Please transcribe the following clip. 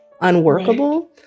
unworkable